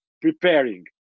preparing